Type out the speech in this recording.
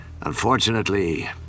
Unfortunately